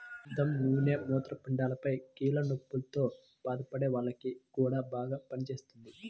ఆముదం నూనె మూత్రపిండాలపైన, కీళ్ల నొప్పుల్తో బాధపడే వాల్లకి గూడా బాగా పనిజేత్తది